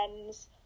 friends